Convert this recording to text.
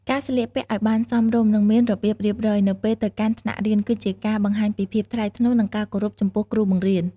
ការ ស្លៀកពាក់ឱ្យបានសមរម្យ និងមានរបៀបរៀបរយ នៅពេលទៅកាន់ថ្នាក់រៀន គឺជាការបង្ហាញពីភាពថ្លៃថ្នូរ និងការគោរពចំពោះគ្រូបង្រៀន។